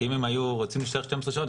כי אם הם היו צריכים להישאר 12 שעות בעבודה,